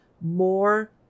more